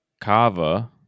Kava